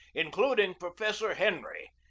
including professor henry,